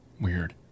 Weird